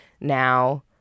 now